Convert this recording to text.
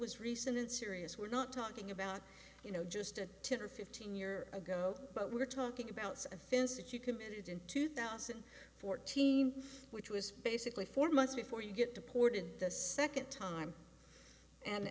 and serious we're not talking about you know just a ten or fifteen year ago but we're talking about offense that you committed in two thousand and fourteen which was basically four months before you get deported the second time and